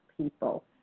people